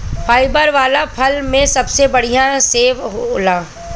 fibre वाला फल में सबसे बढ़िया सेव होला